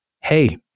Hey